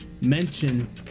mention